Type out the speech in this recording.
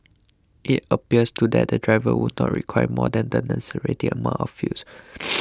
it appears to that the driver would not require more than the necessary amount of fuels